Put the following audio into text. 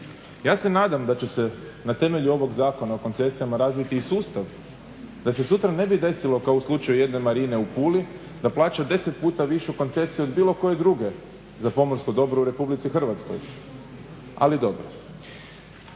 Ja se nadam da će se na temelju ovog Zakona o koncesijama razviti i sustav da se sutra ne bi desilo kao u slučaju jedne marine u Puli da plaća 10 puta višu koncesiju od bilo koje druge za pomorsko dobro u RH. Ali, dobro.